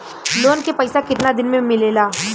Loan के पैसा कितना दिन मे मिलेला?